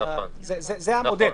זה המודל.